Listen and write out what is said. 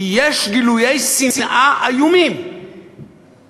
יש גילויי שנאה איומים